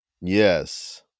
Yes